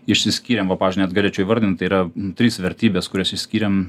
išsiskyrėm va pavyzdžiui net galėčiau įvardinti tai yra trys vertybės kurias išskyrėm